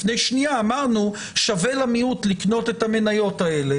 לפני שנייה אמרנו שווה למיעוט לקנות את המניות האלה